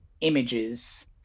images